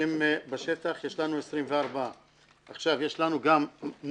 מפקחים שהם בשטח יש לנו 24. יש לנו גם מודיעין,